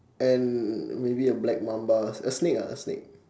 and maybe a black mamba a snake ah a snake